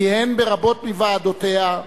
כיהן ברבות מוועדותיה,